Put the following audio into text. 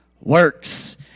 works